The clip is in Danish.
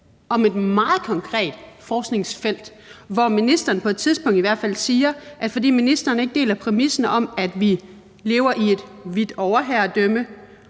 om et meget konkret forskningsfelt, og hvor ministeren på et tidspunkt i hvert fald siger, at ministeren ikke deler præmissen om, at vi lever i et hvidt overherredømme,